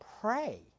pray